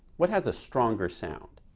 what has a stronger sound?